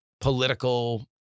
political